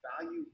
value